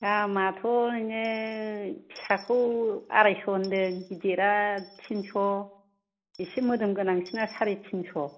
दामाथ' बिदिनो फिसाखौ आरायस' होनदों गिदिरा थिनस' इसे मोदोम गोनांसिना सारि थिनस'